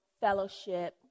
fellowship